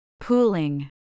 Pooling